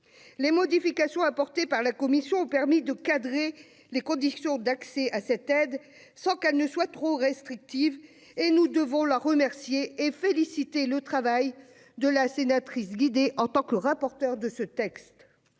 Les modifications apportées par la commission ont permis de cadrer les conditions d'accès à cette aide sans qu'elles soient trop restrictives, et nous devons l'en remercier et saluer le travail de notre collègue Guidez, en tant que rapporteure de ce texte.